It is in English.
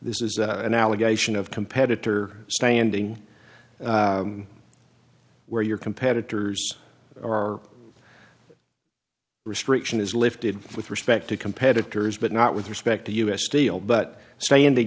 this is that this is an allegation of competitor standing where your competitors are restriction is lifted with respect to competitors but not with respect to u s steel but saying they